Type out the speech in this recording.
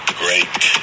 great